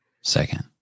second